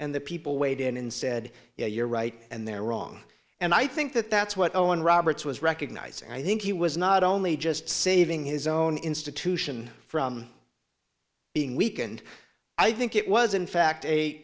and the people weighed in and said you're right and they're wrong and i think that that's what owen roberts was recognizing i think he was not only just saving his own institution from being weakened i think it was in fact a